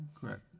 Correct